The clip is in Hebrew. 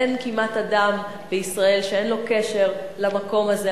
אין כמעט אדם בישראל שאין לו קשר למקום הזה,